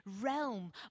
realm